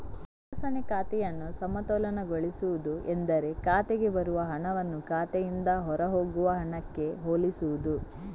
ತಪಾಸಣೆ ಖಾತೆಯನ್ನು ಸಮತೋಲನಗೊಳಿಸುವುದು ಎಂದರೆ ಖಾತೆಗೆ ಬರುವ ಹಣವನ್ನು ಖಾತೆಯಿಂದ ಹೊರಹೋಗುವ ಹಣಕ್ಕೆ ಹೋಲಿಸುವುದು